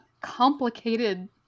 complicated